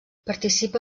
participa